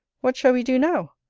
what shall we do now?